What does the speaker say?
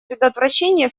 предотвращение